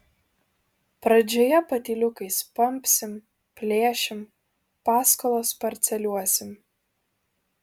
pradžioje patyliukais pampsim plėšim paskolas parceliuosim